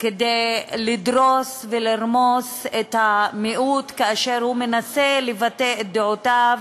כדי לדרוס ולרמוס את המיעוט כאשר הוא מנסה לבטא את דעותיו,